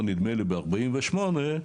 ב-48',